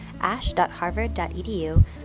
ash.harvard.edu